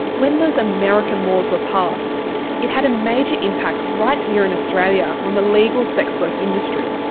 when those american laws were passed it had a major impact right here in australia on the legal sex work industry.